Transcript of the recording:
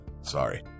sorry